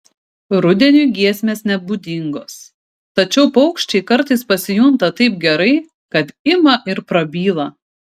rudeniui giesmės nebūdingos tačiau paukščiai kartais pasijunta taip gerai kad ima ir prabyla